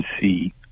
see